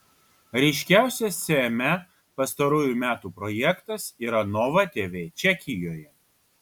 ryškiausias cme pastarųjų metų projektas yra nova tv čekijoje